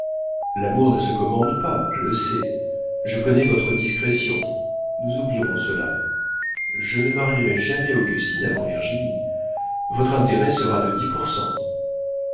l'amour ne se commande pas je le sais je connais votre discrétion nous oublierons cela je ne marierai jamais augustine avant virginie votre intérêt sera de dix pour